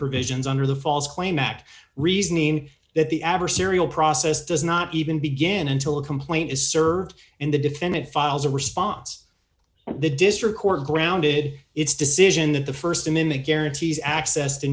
provisions under the false claim act reasoning that the adversarial process does not even begin until a complaint is served and the defendant files a response the district court grounded its decision that the st amendment guarantees access to